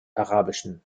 arabischen